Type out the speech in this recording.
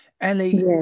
Ellie